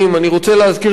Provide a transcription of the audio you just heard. אני רוצה להזכיר לכם,